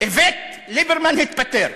איווט ליברמן התפטר.